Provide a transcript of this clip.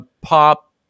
pop